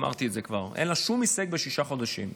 אמרתי את זה כבר, אין לה שום הישג בשישה חודשים.